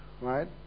right